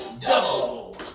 Double